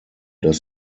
das